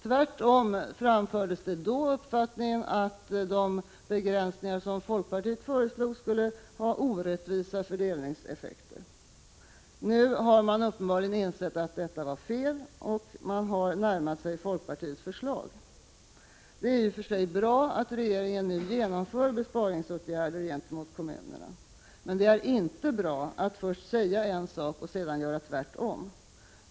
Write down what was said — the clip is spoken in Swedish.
Tvärtom framförde de uppfattningen att de begränsningar som folkpartiet föreslog skulle få orättvisa fördelningseffekter. Nu har de uppenbarligen insett att detta var fel, och de har närmat sig folkpartiets förslag. Det är i och för sig bra att regeringen nu vidtar besparingsåtgärder gentemot kommunerna, men det är inte bra att först säga en sak och sedan göra tvärtemot.